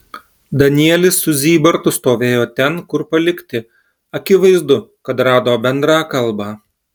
danielis su zybartu stovėjo ten kur palikti akivaizdu kad rado bendrą kalbą